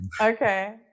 Okay